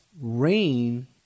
rain